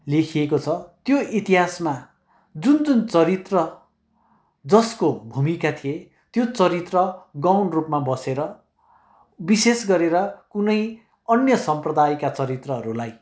लेखिएको छ त्यो इतिहासमा जुन जुन चरित्र जसको भूमिका थिए त्यो चरित्र गौण रूपमा बसेर विशेष गरेर कुनै अन्य सम्प्रदायका चरित्रहरूलाई